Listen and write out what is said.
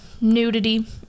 nudity